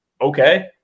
okay